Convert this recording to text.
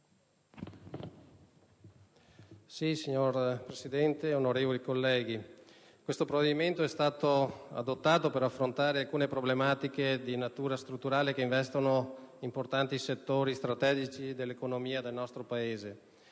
Signor Presidente, onorevoli colleghi, il provvedimento al nostro esame è stato predisposto per affrontare alcune problematiche di natura strutturale che investono importanti settori strategici dell'economia del nostro Paese